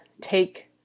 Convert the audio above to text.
take